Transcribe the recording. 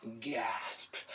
gasped